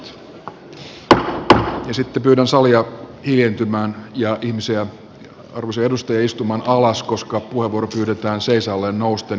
sitten pyydän salia hiljentymään ja arvoisia edustajia istumaan alas koska puheenvuoro pyydetään seisaalleen nousten